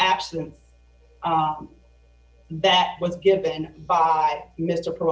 absence that was given by mr per